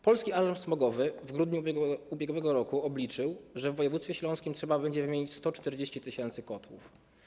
Polski Alarm Smogowy w grudniu ub.r. obliczył, że w województwie śląskim trzeba będzie wymienić 140 tys. kotłów.